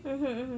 mmhmm